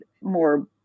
more